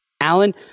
alan